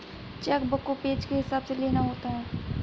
check book को page के हिसाब से लेना होता है